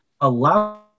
allow